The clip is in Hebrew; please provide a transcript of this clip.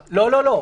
לא, לא.